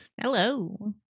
hello